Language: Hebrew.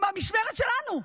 במשמרת שלנו.